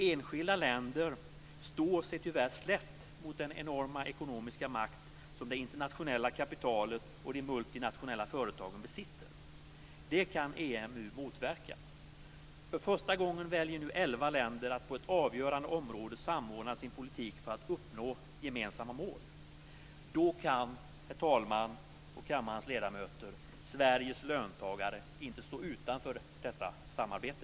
Enskilda länder står sig tyvärr slätt mot den enorma ekonomiska makt som det internationella kapitalet och de multinationella företagen besitter. Det kan EMU motverka. För första gången väljer nu elva länder att på ett avgörande område samordna sin politik för att uppnå gemensamma mål. Då kan, herr talman och kammarens ledamöter, Sveriges löntagare inte stå utanför detta samarbete.